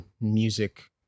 music